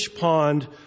pond